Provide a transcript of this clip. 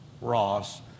Ross